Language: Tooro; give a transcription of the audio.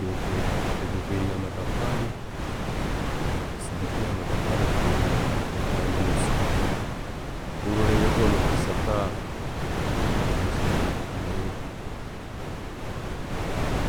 Bwekuba eri ya'matafaali, kisigikira amatafaali type ki kandi no sibika nka, Orora yaawe no'gisakara million nka ekuumi nemu.